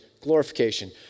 glorification